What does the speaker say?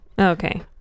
Okay